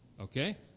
Okay